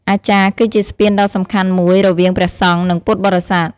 អាចារ្យគឺជាស្ពានដ៏សំខាន់មួយរវាងព្រះសង្ឃ និងពុទ្ធបរិស័ទ។